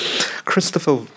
Christopher